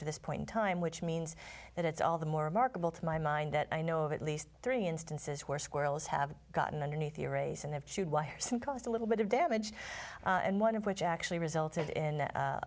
to this point in time which means that it's all the more remarkable to my mind that i know of at least three instances where squirrels have gotten underneath the arrays and have chewed wire some caused a little bit of damage and one of which actually resulted in